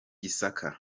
gisaka